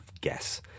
guess